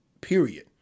Period